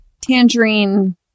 tangerine